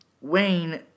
Wayne